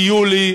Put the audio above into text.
ביולי,